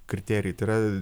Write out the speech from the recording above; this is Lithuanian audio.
kriterijai tai yra